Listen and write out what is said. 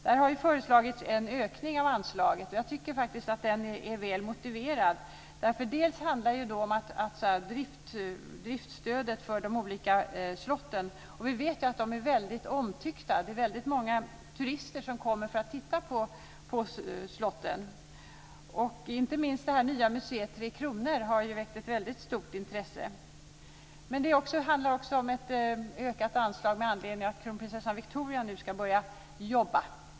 Det har föreslagits en höjning av detta anslag, och jag tycker faktiskt att den är väl motiverad. Det handlar bl.a. om driftstödet för de olika slotten. Vi vet ju att de är mycket omtyckta. Det är väldigt många turister som kommer för att titta på slotten. Inte minst det nya museet, Museum Tre Kronor, har väckt ett väldigt stort intresse. Men det handlar också om ett ökat anslag med anledning av att Kronprinsessan Victoria nu ska börja jobba.